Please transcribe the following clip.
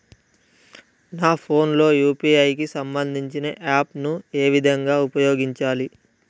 నా ఫోన్ లో యూ.పీ.ఐ కి సంబందించిన యాప్ ను ఏ విధంగా ఉపయోగించాలి?